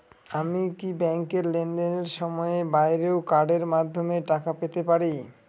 আমি কি ব্যাংকের লেনদেনের সময়ের বাইরেও কার্ডের মাধ্যমে টাকা পেতে পারি?